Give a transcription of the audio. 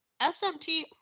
SMT